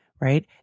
right